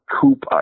Coupe